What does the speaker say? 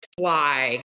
fly